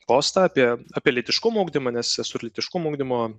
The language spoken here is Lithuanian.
postą apie apie lytiškumo ugdymą nes esu ir lytiškumo ugdymo